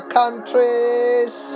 countries